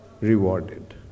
rewarded